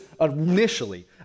initially